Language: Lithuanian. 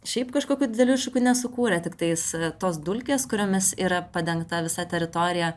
šiaip kažkokių didelių iššūkių nesukūrė tiktais tos dulkės kuriomis yra padengta visa teritorija